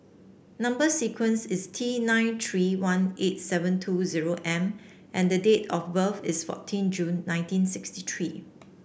number sequence is T nine three one eight seven two zero M and the date of birth is fourteen June nineteen sixty three